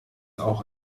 auch